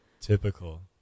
Typical